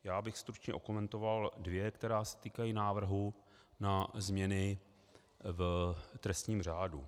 Já bych stručně okomentoval dvě, která se týkají návrhu na změny v trestním řádu.